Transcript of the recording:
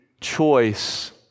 choice